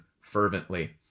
fervently